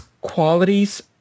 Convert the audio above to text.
qualities